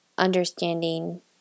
understanding